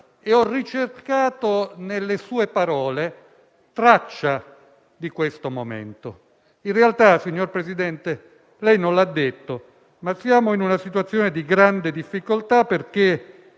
e ho ricercato nelle sue parole traccia di questo momento. In realtà, presidente Conte, lei non l'ha detto ma siamo in una situazione di grande difficoltà, perché